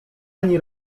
ani